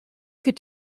could